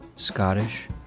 Scottish